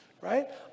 right